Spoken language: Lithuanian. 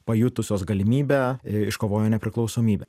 pajutusios galimybę iškovojo nepriklausomybę